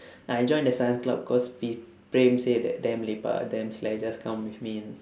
I joined the science club because p~ praem say that damn lepak damn slack just come with me